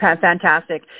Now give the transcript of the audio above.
fantastic